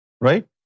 right